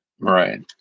Right